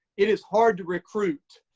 it is hard to recruit,